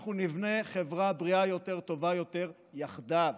אנחנו נבנה חברה בריאה יותר וטובה יותר יחדיו,